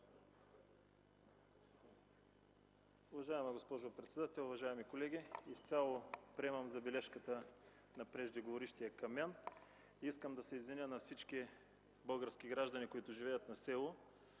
Уважаема госпожо председател, уважаеми колеги! Изцяло приемам забележката на преждеговорившия към мен. Искам да се извиня на всички български граждани, които живеят на село,